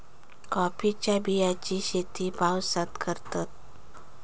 कॉफीच्या बियांची शेती पावसात करतत